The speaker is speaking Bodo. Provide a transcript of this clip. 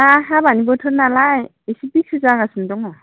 दा हाबानि बोथोर नालाय एसे बेसि जागासिनो दङ